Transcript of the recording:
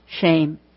shame